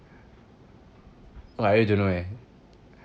I really don't know eh